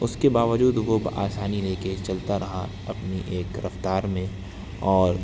اُس کے باوجود وہ بآسانی لے کے چلتا رہا اپنی ایک رفتار میں اور